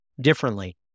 differently